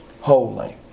holy